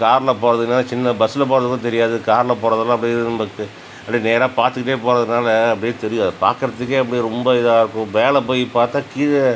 காரில் போகிறதுனா சின்ன பஸ்சில் போவது வந்து தெரியாது காரில் போகிறதுலாம் அப்படியே நம்மக்கு அப்படியே நேராக பார்த்துகிட்டே போகிறதுனால அப்படியே தெரியாது பார்க்குறதுக்கே அப்படியே ரொம்ப இதாக இருக்கும் மேலே போய் பார்த்தா கீழே